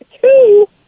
two